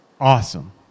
awesome